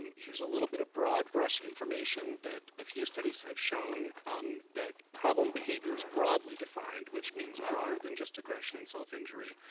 and here's a bit of broad brush information that a few studies have shown um that problem behaviors broadly defined, which means broader than just aggression and self-injury,